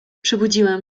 przebudziłem